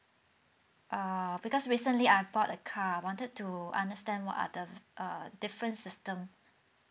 err because recently I bought a car I wanted to understand what are the uh different system